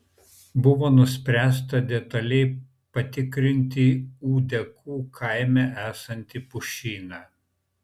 buvo nuspręsta detaliai patikrinti ūdekų kaime esantį pušyną